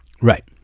Right